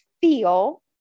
feel